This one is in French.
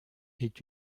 est